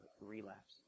relapse